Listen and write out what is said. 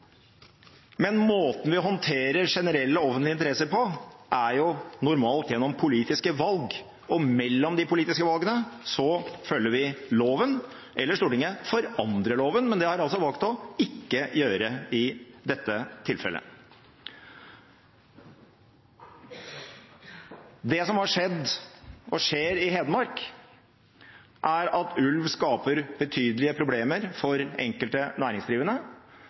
men måten vi håndterer generelle offentlige interesser på, er jo normalt gjennom politiske valg. Mellom de politiske valgene følger vi loven, eller Stortinget forandrer loven, men det har man altså valgt ikke å gjøre i dette tilfellet. Det som har skjedd – og skjer – i Hedmark, er at ulv skaper betydelige problemer for enkelte næringsdrivende,